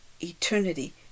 eternity